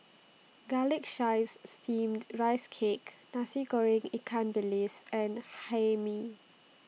Garlic Chives Steamed Rice Cake Nasi Goreng Ikan Bilis and Hae Mee